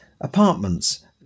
apartments